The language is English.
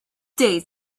day